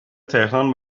تهران